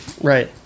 Right